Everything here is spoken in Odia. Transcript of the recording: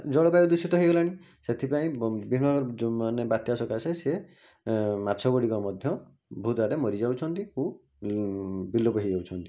ଜଳବାୟୁ ଦୂଷିତ ହୋଇଗଲାଣି ସେଥିପାଇଁ ବିଭିନ୍ନ ମାନେ ବାତ୍ୟା ସକାସେ ସେ ମାଛଗୁଡିକ ମଧ୍ୟ ବହୁତ ଆଡ଼େ ମରିଯାଉଛନ୍ତି ଓ ବିଲୁପ ହୋଇଯାଉଛନ୍ତି